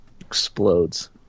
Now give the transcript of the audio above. Explodes